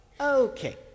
Okay